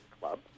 Club